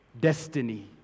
destiny